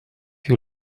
you